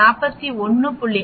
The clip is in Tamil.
7 41